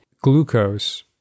glucose